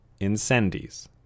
Incendies